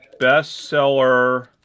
bestseller